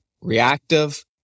reactive